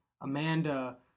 Amanda